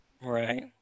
right